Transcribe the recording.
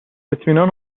اطمینان